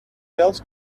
else